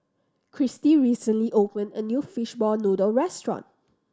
Kristi recently open a new fishball noodle restaurant